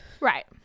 right